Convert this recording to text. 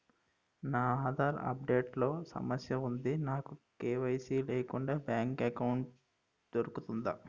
నా Aadhaar update లో సమస్య వుంది నాకు కే.వై.సీ లేకుండా బ్యాంక్ ఎకౌంట్దొ రుకుతుందా?